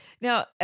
now